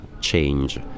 change